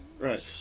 Right